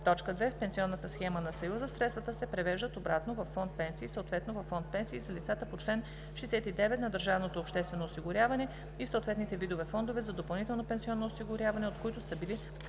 1, т. 2 в пенсионната схема на Съюза, средствата се превеждат обратно във фонд „Пенсии“, съответно във фонд „Пенсии за лицата по чл. 69“, на държавното обществено осигуряване и в съответните видове фондове за допълнително пенсионно осигуряване, от които са били прехвърлени;